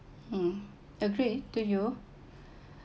um agreed to you